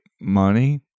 money